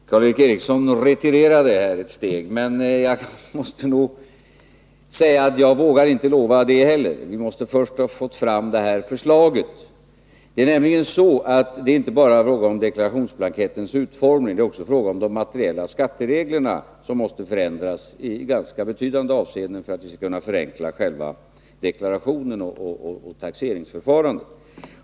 Herr talman! Karl Erik Eriksson retirerade ett steg, men jag måste säga att jaginte vågar lova att en blankett skall bli klar till 1985 års taxering heller. Vi måste först få fram ett förslag. Det är ju inte bara fråga om deklarationsblankettens utformning utan också om de materiella skattereglerna. De måste förändras i ganska betydande avseenden för att man skall kunna förenkla själva deklarationen och taxeringsförfarandet.